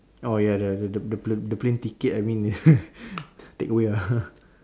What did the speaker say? oh ya the the the plane ticket I mean take away ah